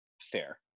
fair